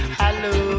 hello